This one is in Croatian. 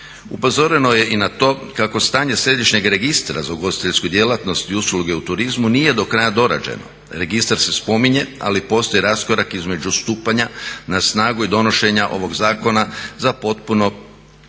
Upozoreno je i na to kako stanje središnjeg registra za ugostiteljsku djelatnost i usluge u turizmu nije do kraja dorađeno. Registar se spominje ali postoji raskorak između stupanja na snagu i donošenja ovog zakona za puno prijavljenih